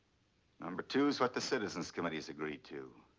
number two is what the citizen's committee has agreed to.